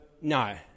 No